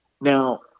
Now